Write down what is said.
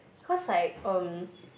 cause like um